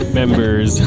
members